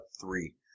three